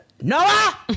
Noah